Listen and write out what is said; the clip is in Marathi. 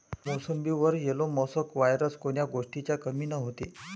मोसंबीवर येलो मोसॅक वायरस कोन्या गोष्टीच्या कमीनं होते?